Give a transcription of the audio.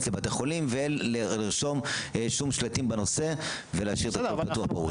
לבתי החולים ואין לרשום שום שלטים בנושא ולהשאיר את הכול פתוח ופרוץ.